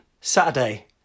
Saturday